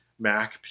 Mac